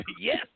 Yes